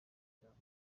shyamba